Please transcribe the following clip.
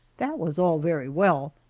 that was all very well,